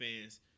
fans